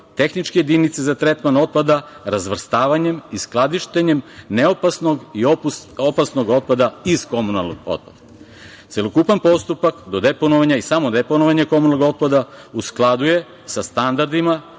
tehničke jedinice za tretman otpada, razvrstavanje i skladištenjem ne opasnog i opasnog otpada iz komunalnog otpada. Celokupan postupak do deponovanja i samodeponovanje komunalnog otpada u skladu je sa standardima